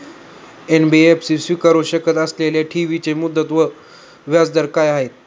NBFC स्वीकारु शकत असलेल्या ठेवीची मुदत व व्याजदर काय आहे?